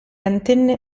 antenne